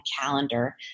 calendar